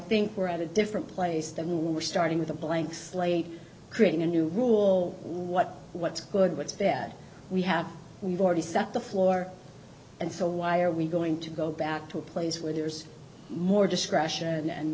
think we're at a different place than we're starting with a blank slate creating a new rule what what's good what's bad we have we've already set the floor and so why are we going to go back to a place where there's more discretion and